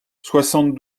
soixante